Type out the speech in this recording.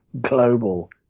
global